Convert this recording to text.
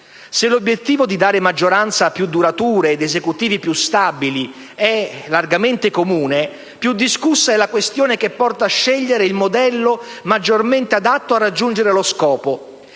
Se l'obiettivo di dare maggioranze più durature ed Esecutivi più stabili è largamente comune, più discussa è la questione che porta a scegliere il modello maggiormente adatto a raggiungere lo scopo,